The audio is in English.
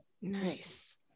Nice